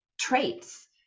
traits